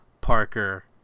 Parker